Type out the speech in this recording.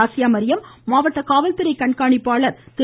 ஆசியாமரியம் மாவட்ட காவல்துறை கண்காணிப்பாளர் திரு